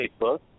Facebook